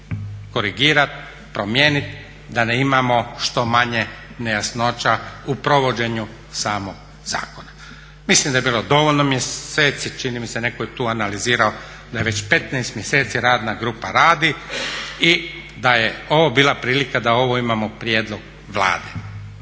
korigirati, promijeniti, da imamo što manje nejasnoća u provođenju samog zakona. Mislim da je bilo dovoljno mjeseci, čini mi se netko je tu analizirao da je već 15 mjeseci radna grupa radi i da je ovo bila prilika da ovo imamo prijedlog Vlade.